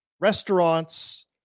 restaurants